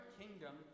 kingdom